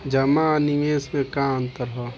जमा आ निवेश में का अंतर ह?